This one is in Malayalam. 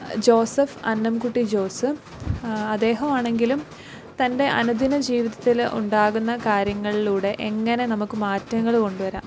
ജോസഫ് അന്നംക്കുട്ടി ജോസ് അദ്ദേഹമാണെങ്കിലും തൻ്റെ അനുദിന ജീവിതത്തിൽ ഉണ്ടാകുന്ന കാര്യങ്ങളിലൂടെ എങ്ങനെ നമുക്ക് മാറ്റങ്ങൾ കൊണ്ടുവരാം